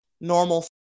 normal